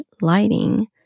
lighting